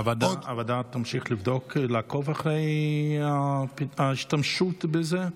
הוועדה תמשיך לעקוב אחרי השימוש בזה?